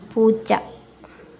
പൂച്ച